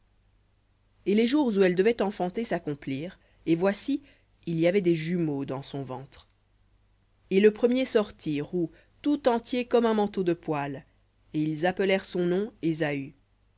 et les jours où elle devait enfanter s'accomplirent et voici il y avait des jumeaux dans son ventre et le premier sortit roux tout entier comme un manteau de poil et ils appelèrent son nom ésaü et